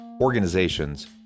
organizations